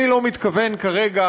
אני לא מתכוון כרגע,